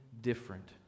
different